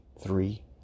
three